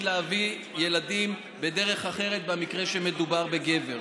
להביא ילדים בדרך אחרת במקרה שמדובר בגבר,